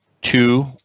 two